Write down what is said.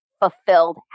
fulfilled